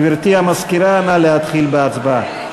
גברתי המזכירה, נא להתחיל בהצבעה.